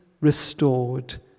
restored